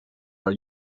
our